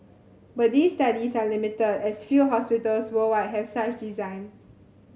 but these studies are limited as few hospitals worldwide have such designs